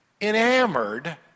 enamored